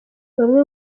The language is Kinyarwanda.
bamwe